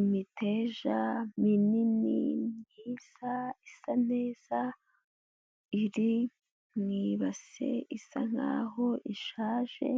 Imiteja minini isa, isa neza, iri mu ibase isa nkaho ishaje,